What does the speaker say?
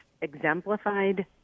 exemplified